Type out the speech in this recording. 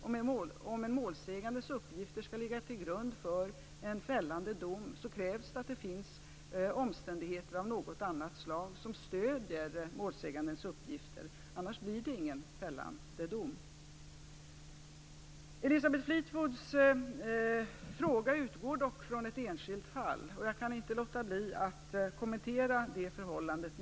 Om en målsägandes uppgifter skall ligga till grund för en fällande dom krävs redan i dag omständigheter av något annat slag som stöder målsägandens uppgifter. Annars blir det ingen fällande dom. Elisabeth Fleetwoods fråga utgår från ett enskilt fall. Jag kan inte låta bli att något kommentera det förhållandet.